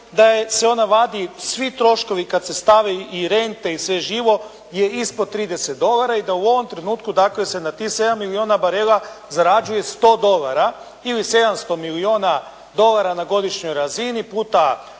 da se ona vadi svi troškovi kad se stavi i rente i sve živo je ispod 30 dolara i da u ovom trenutku dakle se na tih 7 milijuna barela zarađuje 100 dolara ili 700 milijuna dolara na godišnjoj razini puta